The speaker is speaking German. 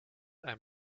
einem